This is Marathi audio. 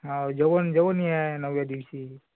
हो जेवण जेवणही आहे नवव्या दिवशी